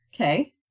okay